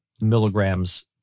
milligrams